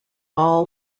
all